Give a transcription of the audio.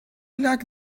like